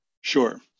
Sure